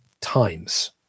times